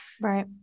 Right